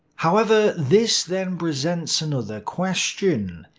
however, this then presents another question.